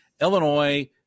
Illinois